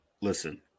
Listen